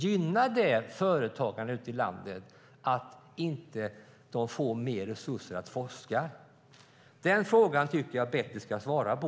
Gynnar det företagandet i landet att de inte får mer resurser till forskning? Dessa frågor tycker jag att Betty ska svara på.